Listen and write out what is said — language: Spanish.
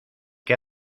que